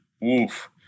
woof